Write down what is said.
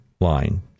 line